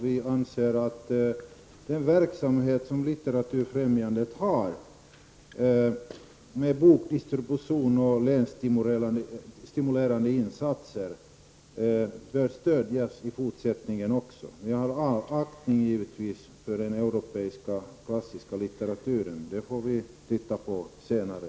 Vi anser att den verksamhet som Litteraturfrämjandet bedriver med bokdistribution och lässtimulerande insatser även bör stödjas i fortsättningen. Jag har givetvis all aktning för den europeiska klassiska litteraturen. Den får vi titta på senare.